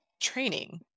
training